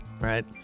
right